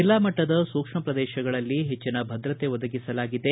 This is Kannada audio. ಜಿಲ್ಲಾ ಮಟ್ಟದ ಸೂಕ್ಷ್ಮ ಪ್ರದೇಶಗಳಲ್ಲಿ ಹೆಚ್ಚಿನ ಭದ್ರತೆ ಒದಗಿಸಲಾಗಿದೆ